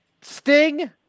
Sting